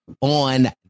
on